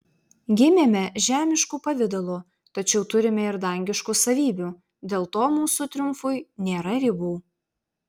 gimėme žemišku pavidalu tačiau turime ir dangiškų savybių dėl to mūsų triumfui nėra ribų